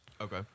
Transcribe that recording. Okay